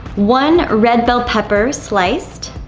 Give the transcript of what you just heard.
one red bell pepper sliced.